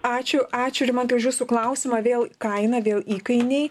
ačiū ačiū rimantai už jūsų klausimą vėl kaina vėl įkainiai